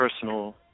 personal